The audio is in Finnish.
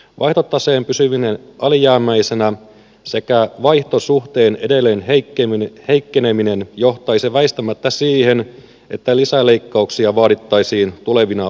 vaihtotaseen pysyminen alijäämäisenä sekä vaihtosuhteen edelleen heikkeneminen johtaisi väistämättä siihen että lisäleikkauksia vaadittaisiin tulevina vuosina